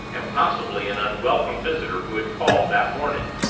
and, possibly, an unwelcome visitor, who had called that morning.